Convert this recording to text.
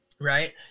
Right